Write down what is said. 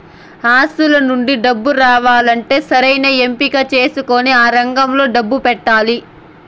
ఆస్తుల నుండి డబ్బు రావాలంటే సరైన ఎంపిక చేసుకొని ఆ రంగంలో డబ్బు పెట్టాలి